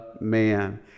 man